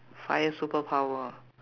fire superpower